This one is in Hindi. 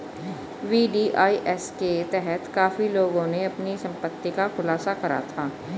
वी.डी.आई.एस के तहत काफी लोगों ने अपनी संपत्ति का खुलासा करा था